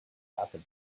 happen